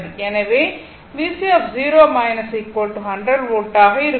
எனவே VC 0 100 volt ஆக இருக்கும்